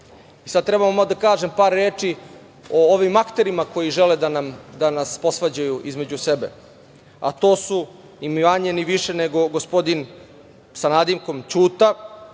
treba da kažem par reči o ovim akterima koji žele da nas posvađaju između sebe, a to su ni manje, ni više nego gospodin sa nadimkom Ćuta,